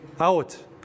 out